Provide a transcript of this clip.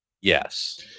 Yes